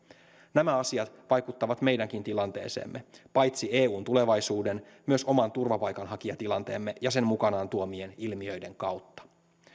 nämä asiat vaikuttavat meidänkin tilanteeseemme paitsi eun tulevaisuuden myös oman turvapaikanhakijatilanteemme ja sen mukanaan tuomien ilmiöiden kautta